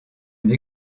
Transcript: une